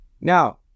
Now